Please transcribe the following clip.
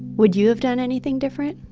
would you have done anything different?